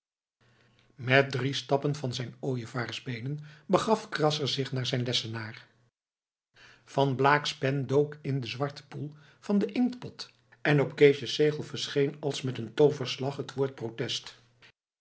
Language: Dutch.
met drie stappen van zijn ooievaarsbeenen begaf krasser zich naar zijn lessenaar van blaak's pen dook in den den zwarten poel van den inktpot en op keesjes zegel verscheen als met een tooverslag het woord protest